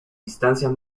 distancias